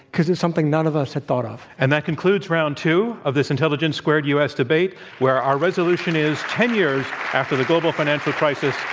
because it's something none of us had thought of. and that concludes round two of this intelligence squared u. s. debate where our resolution is, ten years after the global financial crisis,